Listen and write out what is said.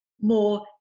more